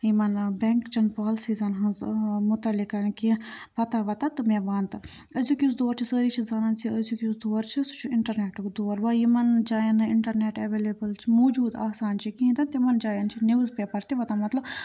یِمَن بٮ۪نٛک چٮ۪ن پالسیٖزَن ہٕنٛز متعلق کَرَن کیٚنٛہہ پَتہ وَتہ تہٕ مےٚ وَن تہٕ أزیُک یُس دور چھِ سٲری چھِ زانان ژےٚ أزیُک یُس دور چھُ سُہ چھُ اِنٹَرنیٹُک دور وَ یِمَن جایَن نہٕ اِنٹَرنیٚٹ اٮ۪ویلیبٕل چھِ موٗجوٗد آسان چھِ کِہیٖنۍ تہِ نہٕ تِمَن جایَن چھِ نِوٕز پیپَر تہِ واتان مطلب